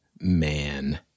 man